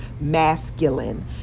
masculine